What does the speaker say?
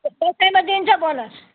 दसैँमा दिन्छ बोनस